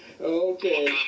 Okay